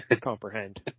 comprehend